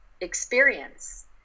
experience